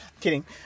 kidding